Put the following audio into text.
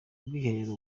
bwiherero